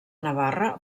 navarra